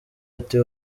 ati